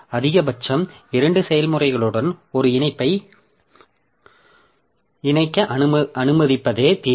அதிகபட்சம் இரண்டு செயல்முறைகளுடன் ஒரு இணைப்பை இணைக்க அனுமதிப்பதே தீர்வு